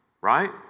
Right